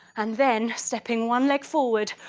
and then stepping one leg forward,